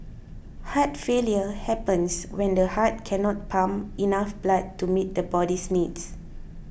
heart failure happens when the heart cannot pump enough blood to meet the body's needs